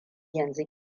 yanzu